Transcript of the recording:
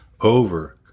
over